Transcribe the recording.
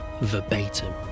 verbatim